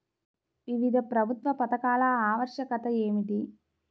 వివిధ ప్రభుత్వ పథకాల ఆవశ్యకత ఏమిటీ?